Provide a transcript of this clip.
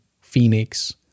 Phoenix